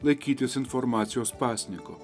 laikytis informacijos pasninko